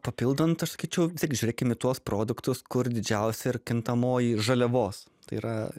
papildant aš sakyčiau vis tiek žiūrėkim į tuos produktus kur didžiausia ir kintamoji žaliavos yra